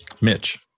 Mitch